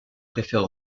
préfère